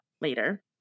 later